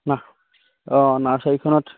নাহ অঁ নাৰ্ছাৰীখনত